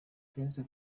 prince